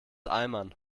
eimern